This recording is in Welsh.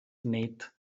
nid